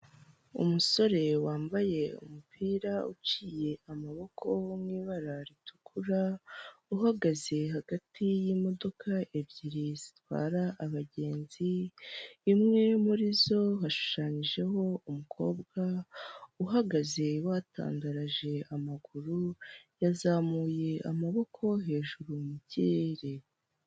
Umusore wambaye umupira uciye amaboko wo mu ibara ritukura; uhagaze hagati y'imodoka ebyiri zitwara abagenzi; imwe muri zo hashushanyijeho umukobwa uhagaze watandaraje amaguru, yazamuye amaboko hejuru mu kirere.